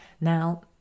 Now